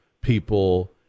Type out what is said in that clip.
people